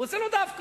הוא עושה לו דווקא.